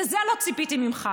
לזה לא ציפיתי ממך.